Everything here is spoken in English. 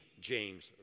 James